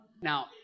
Now